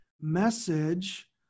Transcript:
Message